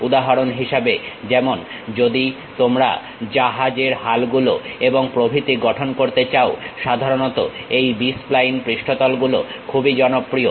উদাহরণ হিসেবে যেমন যদি তোমরা জাহাজের হালগুলো এবং প্রভৃতি গঠন করতে চাও সাধারণত এই B স্প্লাইন পৃষ্ঠতল গুলো খুবই জনপ্রিয়